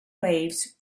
waves